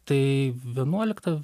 tai vienuolikta